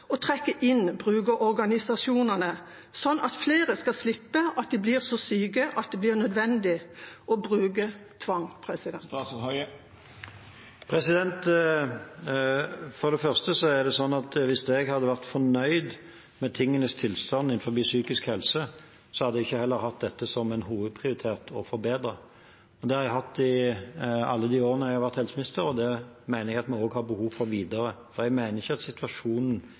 trekke inn brukerorganisasjonene sånn at flere skal slippe at de blir så syke at det blir nødvendig å bruke tvang? For det første er det sånn at hvis jeg hadde vært fornøyd med tingenes tilstand innenfor psykisk helse, hadde jeg heller ikke hatt dette som en hovedprioritet å forbedre. Det har jeg hatt i alle de årene jeg har vært helseminister, og det mener jeg at vi også har behov for videre. Jeg mener ikke at situasjonen